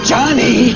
Johnny